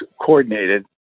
coordinated